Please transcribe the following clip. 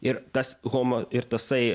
ir tas homo ir tasai